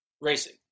racing